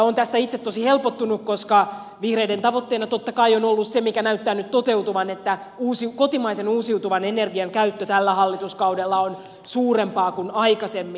olen tästä itse tosi helpottunut koska vihreiden tavoitteena totta kai on ollut se mikä näyttää nyt toteutuvan että kotimaisen uusiutuvan energian käyttö tällä hallituskaudella on suurempaa kuin aikaisemmin